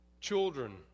Children